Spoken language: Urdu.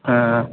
ہاں